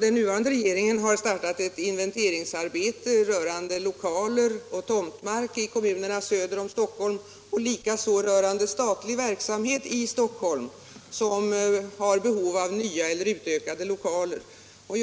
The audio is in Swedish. Den nuvarande regeringen har startat ett inventeringsarbete rörande Nr 86 lokaler och tomtmark i kommunerna söder om Stockholm och likaså Tisdagen den rörande statlig verksamhet i Stockholm som har behov av nya eller ut 15 mars 1977 ökade lokaler.